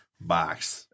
box